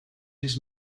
his